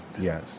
Yes